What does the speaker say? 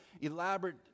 elaborate